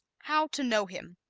how to know him